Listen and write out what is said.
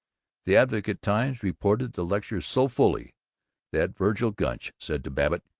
the advocate-times reported the lecture so fully that vergil gunch said to babbitt,